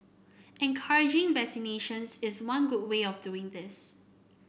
encouraging vaccinations is one good way of doing this